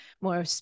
more